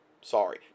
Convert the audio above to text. Sorry